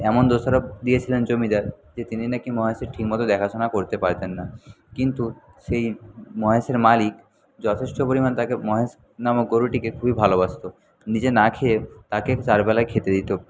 এমন দোষারোপ দিয়েছিলেন জমিদার যে তিনি না কি মহেশের ঠিকমতো দেখাশোনা করতে পারতেন না কিন্তু সেই মহেশের মালিক যথেষ্ঠ পরিমাণ তাকে মহেশ নামক গরুটিকে খুবই ভালোবাসতো নিজে না খেয়ে তাকে চারবেলায় খেতে দিত